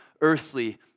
earthly